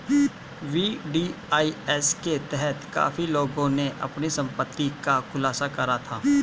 VDIS के तहत काफी लोगों ने अपनी संपत्ति का खुलासा करा था